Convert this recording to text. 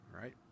right